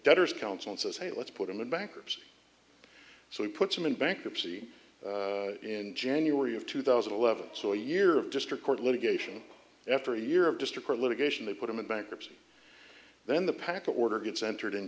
debtors council and says hey let's put them in bankruptcy so we put them in bankruptcy in january of two thousand and eleven so a year of district court litigation after a year of district or litigation they put them in bankruptcy then the package order gets entered in